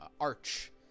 arch